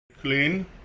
Clean